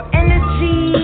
energy